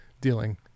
dealing